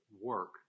work